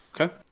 Okay